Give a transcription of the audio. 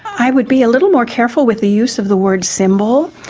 i would be a little more careful with the use of the word symbol.